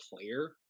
player